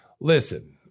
listen